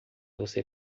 você